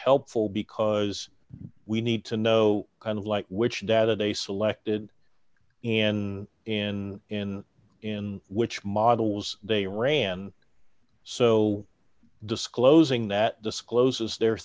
helpful because we need to know kind of like which data they selected and in in in which models they ran so disclosing that discloses they're